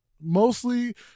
mostly